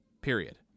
period